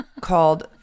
called